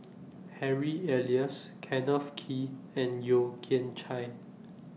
Harry Elias Kenneth Kee and Yeo Kian Chai